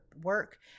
work